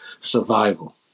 survival